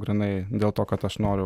grynai dėl to kad aš noriu